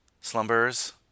Slumbers